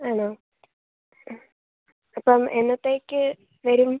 ആണൊ അപ്പം എന്നത്തേക്ക് വരും